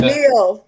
Neil